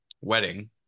wedding